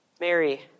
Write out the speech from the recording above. Mary